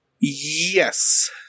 Yes